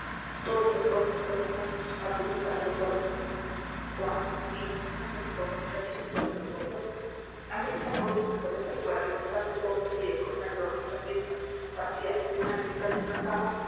todos los jóvenes hacemos nuestros cálculos para lo porvenir juan y los míos son un poco extraños y fuera de lo común a mí se me ha puesto en la cabeza que para levantarse todos los días comer dormir la siesta pasear cenar y meterse en la cama